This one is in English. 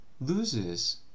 loses